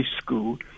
School